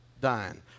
dying